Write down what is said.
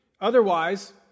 Otherwise